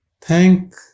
Thank